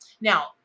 Now